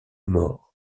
morts